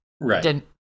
Right